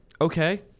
Okay